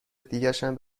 دیگشم